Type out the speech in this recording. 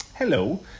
Hello